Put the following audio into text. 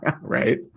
right